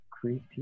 creepy